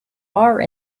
are